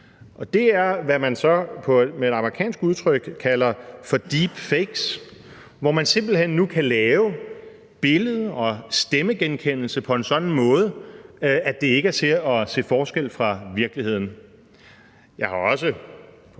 det er, hvad man så med et amerikansk udtryk kalder for deepfakes, hvor man nu simpelt hen kan lave billeder og stemmegenkendelse på en sådan måde, at det ikke er til at se forskel fra virkeligheden. Jeg har også